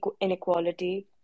inequality